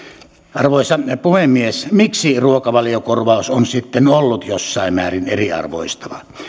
arvoisa puhemies miksi ruokavaliokorvaus on sitten ollut jossain määrin eriarvoistava